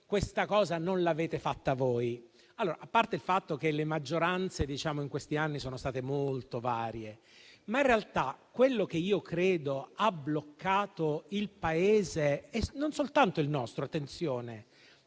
questa cosa allora non l'abbiamo fatta noi. A parte il fatto che le maggioranze in questi anni sono state molto varie, ma in realtà quello che credo ha bloccato il Paese - e non soltanto il nostro, attenzione